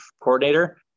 coordinator